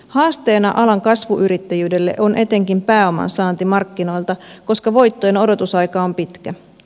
haasteena alan kasvuyrittäjyydelle on etenkin pääoman saanti markkinoilta koska voittojen odotusaika on pitkä